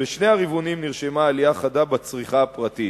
ובשני הרבעונים נרשמה עלייה חדה בצריכה הפרטית.